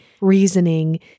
reasoning